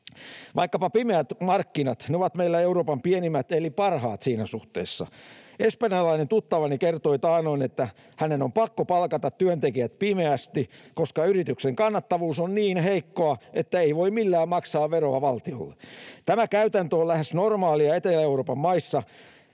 vaikkapa pimeät markkinat. Ne ovat meillä Euroopan pienimmät eli parhaat siinä suhteessa. Espanjalainen tuttavani kertoi taannoin, että hänen on pakko palkata työntekijät pimeästi, koska yrityksen kannattavuus on niin heikkoa, että ei voi millään maksaa veroa valtiolle. Tämä käytäntö on lähes normaalia Etelä-Euroopan maissa.